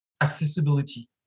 accessibility